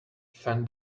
fan